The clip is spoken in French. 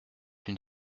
une